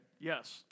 Yes